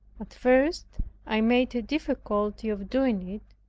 at first i made a difficulty of doing it.